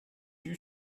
you